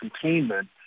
containment